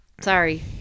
Sorry